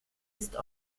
ist